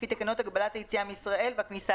לפי תקנות הגבלת היציאה מישראל והכניסה